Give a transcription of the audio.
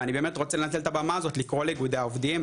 ואני באמת רוצה לנצל את הבמה הזאת לקרוא לאיגודי העובדים,